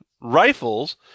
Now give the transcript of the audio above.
rifles